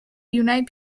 unite